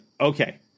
okay